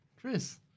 Chris